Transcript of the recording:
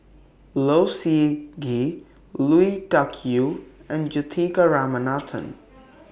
Low Siew Nghee Lui Tuck Yew and Juthika Ramanathan